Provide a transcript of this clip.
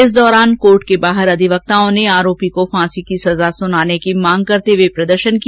इस दौरान कोर्ट के बाहर अधिवक्ताओं ने आरोपी को फांसी की सजा सुनाने की मांग करते हुए प्रदर्शन किया